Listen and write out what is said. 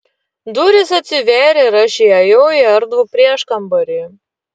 durys atsivėrė ir aš įėjau į erdvų prieškambarį